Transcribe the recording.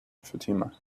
fatima